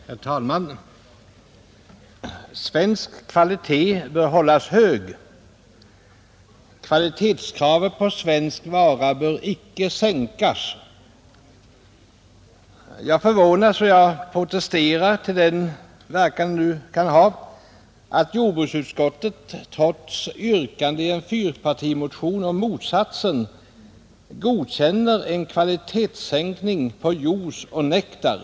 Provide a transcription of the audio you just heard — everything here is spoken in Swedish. Herr talman! Svensk kvalitet bör hållas hög. Kvalitetskraven på en svensk vara bör icke sänkas. Jag förvånas över och protesterar mot — till den verkan det nu kan ha — att jordbruksutskottet trots yrkande i en fyrpartimotion om motsatsen godkänner en kvalitetssänkning på juice och nektar.